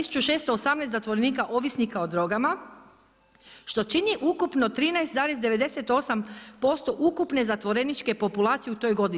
1618 zatvorenika ovisnika o drogama što čini ukupno 13,98% ukupne zatvoreničke populacije u toj godini.